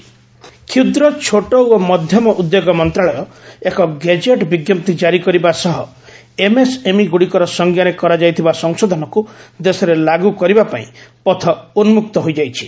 MSME definition କ୍ଷୁଦ୍ର ଛୋଟ ଓ ମଧ୍ୟମ ଉଦ୍ୟୋଗ ମନ୍ତ୍ରଣାଳୟ ଏକ ଗେଜେଟ୍ ବିଜ୍ଞପ୍ତି ଜାରି କରିବା ସହ ଏମ୍ଏସ୍ଏମ୍ଇଗୁଡ଼ିକର ସଂଜ୍ଞାରେ କରାଯାଇଥିବା ସଂଶୋଧନକୁ ଦେଶରେ ଲାଗୁ କରିବା ପାଇଁ ପଥ ଉନୁକ୍ତ ହୋଇଯାଇଛି